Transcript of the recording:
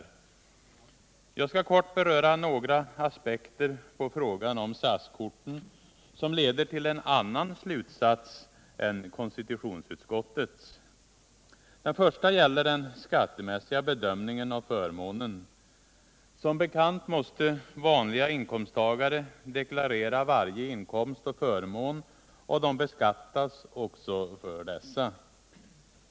Jag skall kort beröra några aspekter på frågan om SAS-korten, som leder till en annan slutsats än konstitutionsutskottets. Den första aspekten gäller den skattemässiga bedömningen av förmånen. Som bekant måste vanliga inkomsttagare deklarera varje inkomst och förmån och beskattas för dessa.